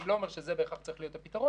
אני לא אומר שזה בהכרח צריך להיות הפתרון,